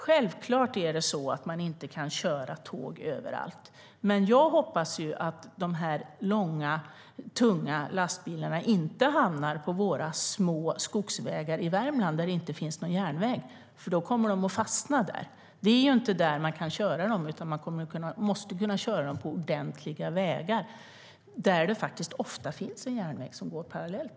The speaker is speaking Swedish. Självklart kan man inte köra tåg överallt, men jag hoppas att de långa, tunga lastbilarna inte hamnar på våra små skogsvägar i Värmland, där det inte finns någon järnväg, för då kommer de att fastna där. Det är inte där de kan köras, utan de måste köras på ordentliga vägar. Där finns det dessutom ofta en järnväg som går parallellt.